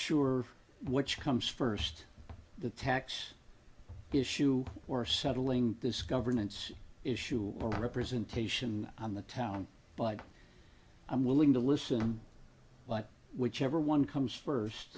sure which comes first the tax issue or settling this governance issue or representation on the town but i'm willing to listen but whichever one comes first